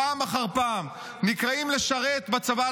פעם אחר פעם נקראים לשרת בצבא,